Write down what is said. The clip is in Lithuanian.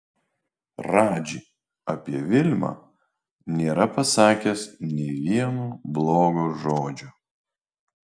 radži apie vilmą nėra pasakęs nė vieno blogo žodžio